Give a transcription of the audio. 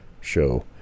show